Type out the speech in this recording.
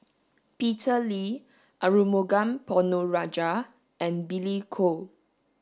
Peter Lee Arumugam Ponnu Rajah and Billy Koh